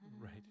right